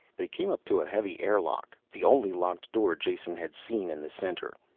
they came up to a heavy air lock, the only locked door jason had seen in the center.